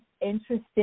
interesting